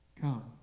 come